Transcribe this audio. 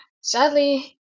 Sadly